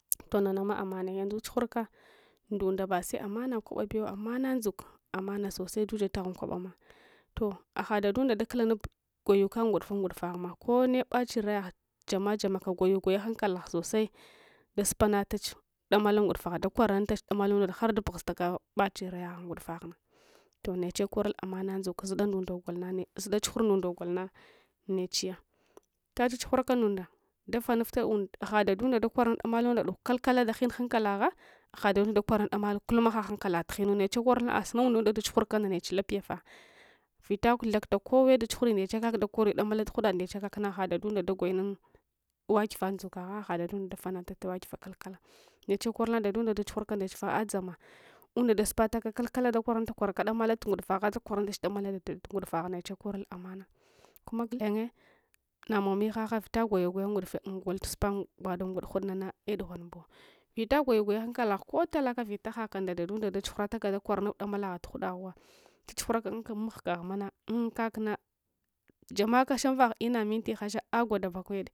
Toh nanama amanaya yanzu chughurka ndunda base amana kwebabe wa ammana ndzuk amana sosai jujabaghung kobama toh agha dadunda dakulahup gwayuka nguduf ungudufaghma kome bachirayagh damyfamelsgwayu gwaya hankalagh hankalagh sosai dasup amatach damala ngudufah dakwara mntach damalunda har da bughustake bachin rai yagh ngudufaghn toh’ necheh korul amana ndzuka zuda ndudo golna zuda chughura ndundo golna neehiya vita chachughuraka ndunda defanufta und aghadadunde dakwaranu damalhalkala dagh in hankalagha agha dadunda dakwaranun damala kulluma haghankal lah tughinu neche korul asunaun dunda dechughurka ndanech lapya fah vita thakuta kowe dachughure ndeche kak dakoir damala tughudad ndeche kakna hadadunda dagoyanun iyawa giva ndzughs agha ɗaɗadunde dafanata tewagifa kalkala neche korulna dadunda dachuguuraka ndechefah adzama unda dasuparak kalakala dakwarun takwaraka damala tungudufa gha dalwranunach damele tu'ngu udufagha neche korul amana kuma gulenye namow mihagna vita gwayu gwaya ngudufe ngot tusupa ngwada unguud nang eh’ dughwen bu vita gwayu gwaya hankalagh vita ghaka nda ɗaɗunde dachughurataka dakwaranu damalegh bughu daghuwa chachughraka mahga ahuma na um kakma jamaka shamfagh ina minti hasha agwada pakwede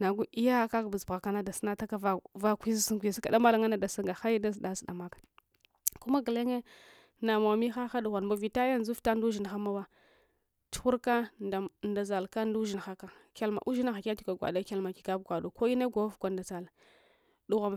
nagu yaah kak busbughe kans dasunataka vakuizun kuizka damal nganna dasunga hai dazunda zudamaka kuma gulenye namawa mihaha dughwanbu vita yanza vita nda ushingha mowa chughurka ndazalka ndushinhaksa hyalma ushinghah kyag ika gwada kyalma gigabu gwadu ho mne gwawuvgwa nda zaudughwanbu